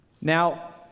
Now